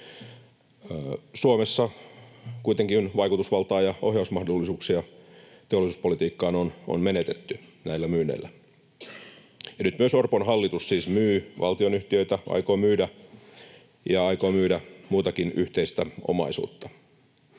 Suomessa kuitenkin vaikutusvaltaa ja ohjausmahdollisuuksia teollisuuspolitiikkaan on menetetty näillä myynneillä. Nyt myös Orpon hallitus siis aikoo myydä valtionyhtiöitä ja muutakin yhteistä omaisuutta.